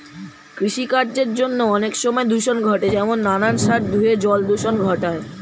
কৃষিকার্যের জন্য অনেক সময় দূষণ ঘটে যেমন নানান সার ধুয়ে জল দূষণ ঘটায়